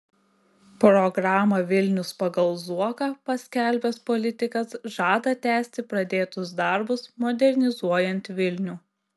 programą vilnius pagal zuoką paskelbęs politikas žada tęsti pradėtus darbus modernizuojant vilnių